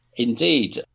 Indeed